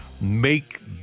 make